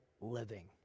living